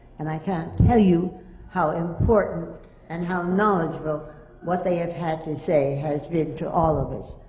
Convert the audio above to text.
and i can't tell you how important and how knowledgeable what they have had to say has been to all of us.